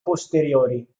posteriori